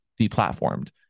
deplatformed